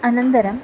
अनन्तरम्